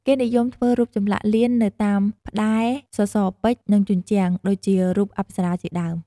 គេនិយមធ្វើរូបចម្លាក់លៀននៅតាមផ្តែរ សសរពេជ្រ និងជញ្ជាំង ដូចជារូបអប្បរាជាដើម។